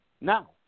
now